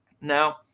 Now